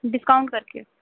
discount کر کے